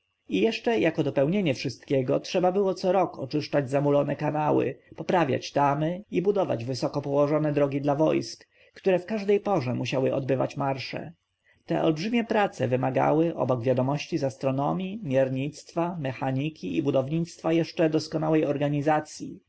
i jeszcze jako dopełnienie wszystkiego trzeba było co rok oczyszczać zamulone kanały poprawiać tamy i budować wysoko położone drogi dla wojsk które w każdej porze musiały odbywać marsze te olbrzymie prace wymagały obok wiadomości z astronomji miernictwa mechaniki i budownictwa jeszcze doskonałej organizacji